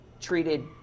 treated